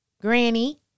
granny